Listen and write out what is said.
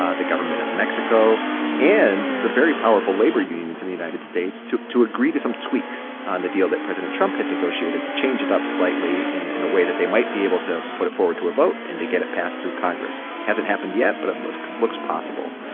ah the government of mexico and the very powerful labor unions in the united states to to agree to some tweaks on the deal that president trump had negotiated, to change it up slightly in in a way that they might be able to put it forward to a vote and to get it passed through congress hasn't happened yet, but it looks looks possible.